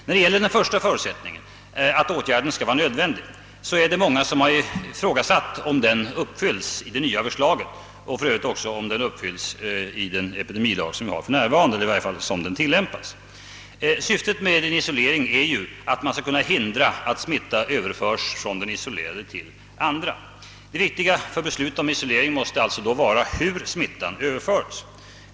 När det gäller den första förutsättningen, att åtgärden skall vara nödvändig, så är det många som har ifrågasatt om det villkoret uppfylls av det nya förslaget och för övrigt även om det uppfylls i den epidemilag som vi har för närvarande, i varje fall så som den tillämpas. Syftet med en isolering är ju att man skall kunna hindra att smittan överförs från den isolerade till andra. Det viktiga för beslut om isolering måste alltså vara hur smittan överförs.